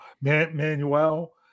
Manuel